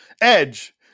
Edge